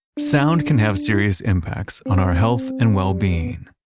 sound can have serious impacts on our health and wellbeing.